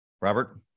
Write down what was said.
Robert